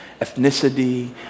ethnicity